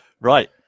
Right